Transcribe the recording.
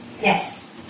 Yes